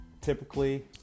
typically